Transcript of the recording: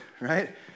right